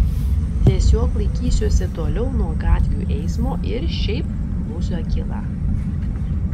tiesiog laikysiuosi toliau nuo gatvių eismo ir šiaip būsiu akyla